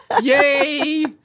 Yay